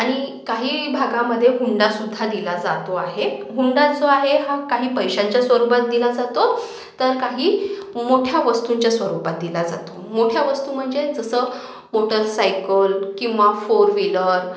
आणि काही भागामध्ये हुंडासुद्धा दिला जातो आहे हुंडा जो आहे हा काही पैशांच्या स्वरूपात दिला जातो तर काही मोठ्या वस्तूंच्या स्वरूपात दिला जातो मोठ्या वस्तू म्हणजे जसं मोटरसायकल किंवा फोर विलर